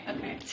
Okay